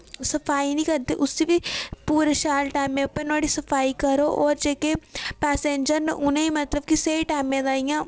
सफाई नीं करदे उस्सी बी पुरे शैल टैमे उप्पर नोहाड़ी सफाई करो होर जेह्के पैसेंजर न उ'नें मतलब कि स्हेई टैमे दा इ'यां